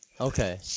okay